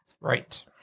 Right